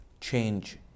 change